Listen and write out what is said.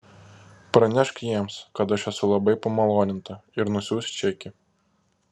pranešk jiems kad aš esu labai pamaloninta ir nusiųsk čekį